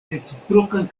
reciprokan